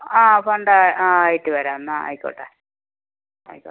ആ ഫണ്ട് ആ ആയിറ്റ് വരാം എന്നാൽ ആയിക്കോട്ടെ ആയിക്കോട്ടെ